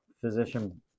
physician